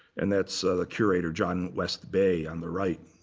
and that's curator john west bay on the right.